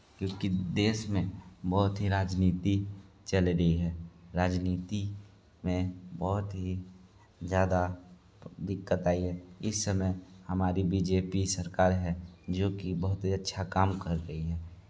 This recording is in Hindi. क्योंकि देश में बहुत ही राजनीति चल रही है राजनीति में बहुत ही ज़्यादा दिक्कत आई है इस समय हमारी बी जे पी सरकार है जो कि बहुत ही अच्छा काम कर रही है